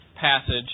passage